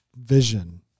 vision